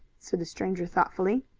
said the stranger thoughtfully.